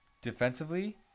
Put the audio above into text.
Defensively